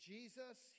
Jesus